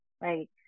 right